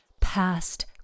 past